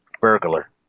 Burglar